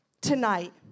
tonight